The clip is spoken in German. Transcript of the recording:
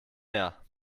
mehr